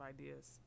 ideas